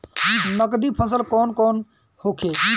नकदी फसल कौन कौनहोखे?